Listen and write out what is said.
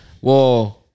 Whoa